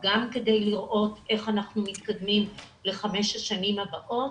גם כדי לראות איך אנחנו מתקדמים לחמש השנים הבאות